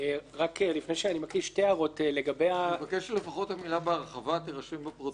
אני מבקש שלפחות המילה בהרחבה תירשם בפרוטוקול,